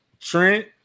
Trent